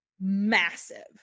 massive